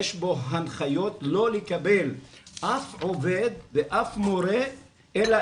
יש בו הנחיות לא לקבל אף עובד ואף מורה אלא